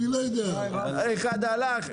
אני רוצה אחד שאני פונה אליו.